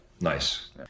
nice